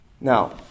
Now